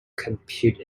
compute